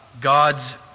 God's